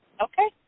Okay